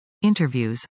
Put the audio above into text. interviews